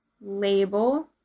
label